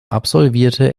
absolvierte